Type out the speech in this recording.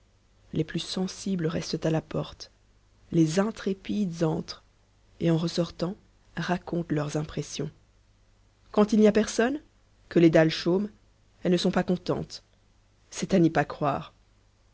les plus sensibles restent à la porte les intrépides entrent et en ressortant racontent leurs impressions quand il n'y a personne que les dalles chôment elles ne sont pas contentes c'est à n'y pas croire